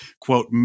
quote